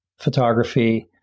photography